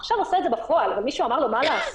המחשב עושה זאת בפועל, אבל מישהו אמר לו מה לעשות.